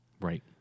Right